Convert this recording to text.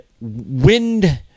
wind